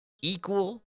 equal